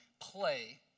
play